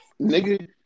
nigga